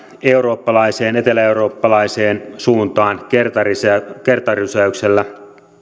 eurooppalaiseen eteläeurooppalaiseen suuntaan kertarysäyksellä kertarysäyksellä